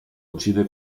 uccide